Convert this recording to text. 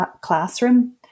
classroom